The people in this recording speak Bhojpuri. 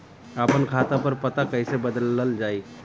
आपन खाता पर पता कईसे बदलल जाई?